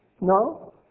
No